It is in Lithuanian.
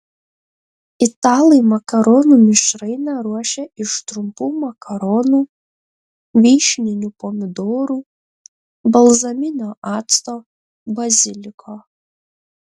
italai makaronų mišrainę ruošia iš trumpų makaronų vyšninių pomidorų balzaminio acto baziliko